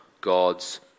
God's